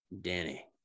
Danny